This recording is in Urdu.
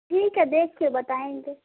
ٹھیک ہے دیکھ کے بتائیں گے